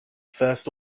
first